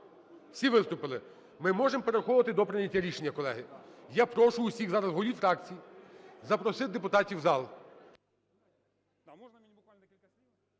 Всі виступили. Ми можемо переходити до прийняття рішення, колеги. Я прошу усіх зараз голів фракцій запросити депутатів у зал.